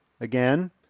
again